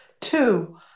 two